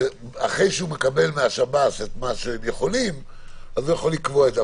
אחרי שהוא מקבל מהשב"ס, הוא יכול לקבוע את זה.